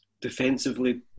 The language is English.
defensively